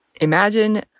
Imagine